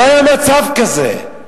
לא היה מצב כזה.